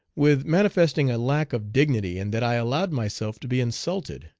with manifesting a lack of dignity in that i allowed myself to be insulted,